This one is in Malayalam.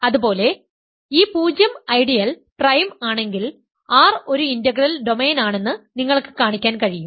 അതുപോലെ ഈ 0 ഐഡിയൽ പ്രൈം ആണെങ്കിൽ R ഒരു ഇന്റഗ്രൽ ഡൊമെയ്നാണെന്ന് നിങ്ങൾക്ക് കാണിക്കാൻ കഴിയും